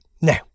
Now